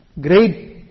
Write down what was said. great